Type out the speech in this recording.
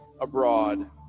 abroad